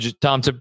Tom